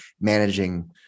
managing